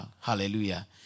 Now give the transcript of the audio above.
hallelujah